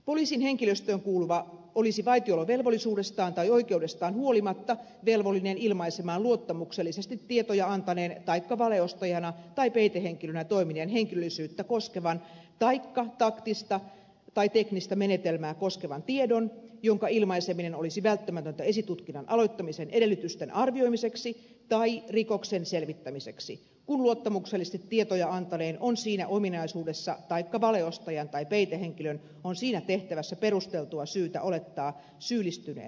poliisin henkilöstöön kuuluva olisi vaitiolovelvollisuudestaan tai oikeudestaan huolimatta velvollinen ilmaisemaan luottamuksellisesti tietoja antaneen taikka valeostajana tai peitehenkilönä toimineen henkilöllisyyttä koskevan taikka taktista tai teknistä menetelmää koskevan tiedon jonka ilmaiseminen olisi välttämätöntä esitutkinnan aloittamisen edellytysten arvioimiseksi tai rikoksen selvittämiseksi kun luottamuksellisesti tietoja antaneen on siinä ominaisuudessa taikka valeostajan tai peitehenkilön on siinä tehtävässä perusteltua syytä olettaa syyllistyneen rikokseen